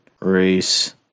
race